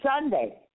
Sunday